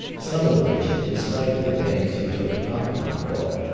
some of which, in spite of the pains he took not to be caught,